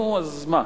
נו, אז מה?"